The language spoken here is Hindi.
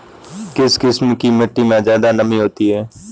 किस किस्म की मिटटी में ज़्यादा नमी होती है?